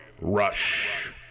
Rush